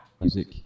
music